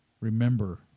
remember